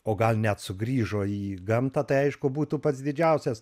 o gal net sugrįžo į gamtą tai aišku būtų pats didžiausias